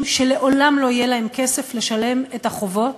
שלעולם לא יהיה להם כסף לשלם את החובות,